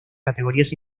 categorías